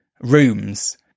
rooms